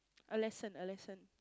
a lesson a lesson